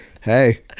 Hey